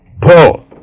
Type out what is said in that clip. Pull